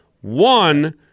One